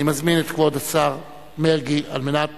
אני מזמין את כבוד השר מרגי על מנת